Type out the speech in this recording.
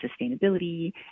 sustainability